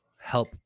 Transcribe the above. help